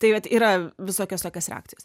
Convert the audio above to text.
tai vat yra visokios tokios reakcijos